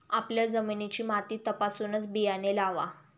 आपल्या जमिनीची माती तपासूनच बियाणे लावा